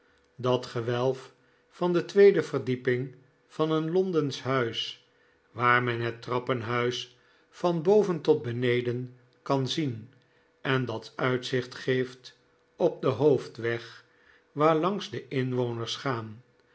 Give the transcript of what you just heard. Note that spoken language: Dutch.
dat gewelf van de tweede verdieping van een londensch huis waar men het trappenhuis van boven tot beneden kan zien en dat uitzicht geeft op den hoofdweg waarlangs de inwoners gaan